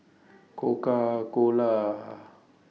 Coca Cola